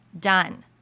done